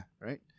right